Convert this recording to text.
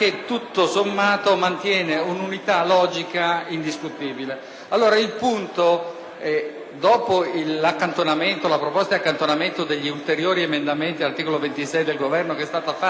che tutto sommato mantiene un'unità logica indiscutibile.